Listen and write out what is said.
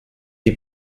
die